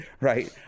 right